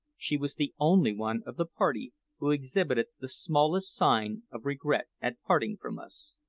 she was the only one of the party who exhibited the smallest sign of regret at parting from us.